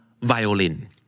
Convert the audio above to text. violin